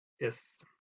yes